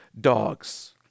dogs